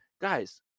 Guys